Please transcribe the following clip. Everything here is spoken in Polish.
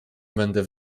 będę